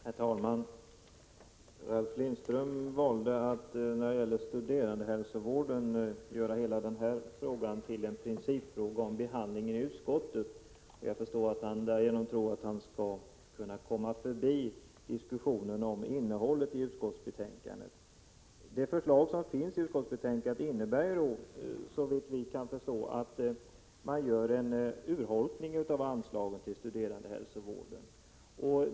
Herr talman! Ralf Lindström valde att göra hela frågan om studerandehälsovården till en principfråga om behandlingen i utskottet. Jag förstår att han trodde att han därigenom kunde komma förbi diskussionen om innehållet i själva betänkandet. Det förslag som finns i betänkandet innebär såvitt vi kan förstå att man urholkar anslaget till studerandehälsovården.